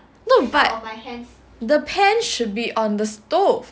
no but the pan should be on the stove